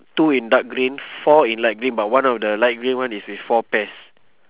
two in dark green four in light green but one of the light green one is with four pears